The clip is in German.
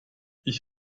ich